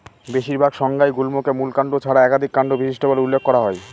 বেশিরভাগ সংজ্ঞায় গুল্মকে মূল কাণ্ড ছাড়া একাধিক কাণ্ড বিশিষ্ট বলে উল্লেখ করা হয়